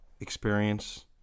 experience